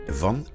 van